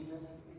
jesus